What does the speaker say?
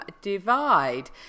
Divide